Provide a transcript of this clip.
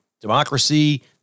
democracy